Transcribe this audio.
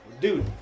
Dude